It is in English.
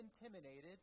intimidated